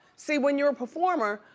see, when you're a performer,